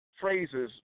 phrases